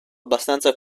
abbastanza